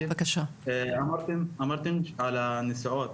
אמרתם על הנסיעות,